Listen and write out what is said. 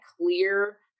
clear